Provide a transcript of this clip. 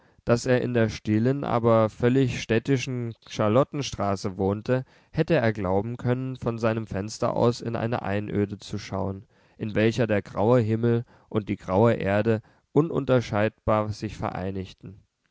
daß er in der stillen aber völlig städtischen charlottenstraße wohnte hätte er glauben können von seinem fenster aus in eine einöde zu schauen in welcher der graue himmel und die graue erde ununterscheidbar sich vereinigten